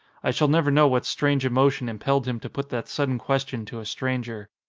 i shall never know what strange emotion impelled him to put that sudden question to a stranger.